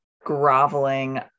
groveling